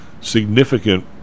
significant